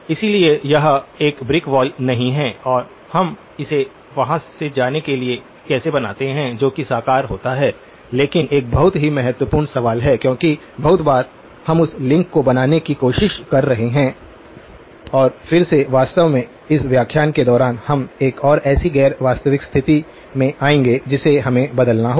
इसलिए यह 0905 पर ब्रिक वॉल नहीं है और हम इसे वहां से जाने के लिए कैसे बनाते हैं जो कि साकार होता है लेकिन एक बहुत ही महत्वपूर्ण सवाल है क्योंकि बहुत बार हम उस लिंक को बनाने की कोशिश कर रहे हैं और फिर से वास्तव में इस व्याख्यान के दौरान हम एक और ऐसी गैर वास्तविक स्थिति में आएंगे जिसे हमें बदलना होगा